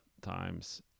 times